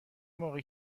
موقع